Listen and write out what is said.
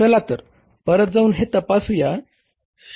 चला परत जाऊन हे तपासूया